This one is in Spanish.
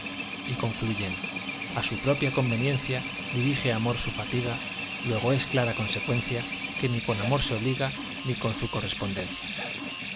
y concluyen a su propia conveniencia dirige amor su fatiga luego es clara consecuencia que ni con amor se obliga ni con su correspondencia